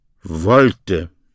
wollte